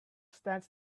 stands